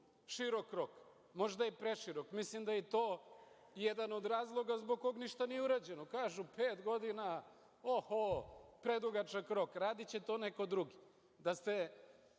širok rok, možda i preširok. Mislim da je i to jedan od razloga zbog koga ništa nije urađeno. Kažu – pet godina, oho, predugačak rok, radiće to neko drugi.